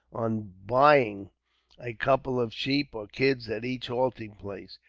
on buying a couple of sheep or kids at each halting place,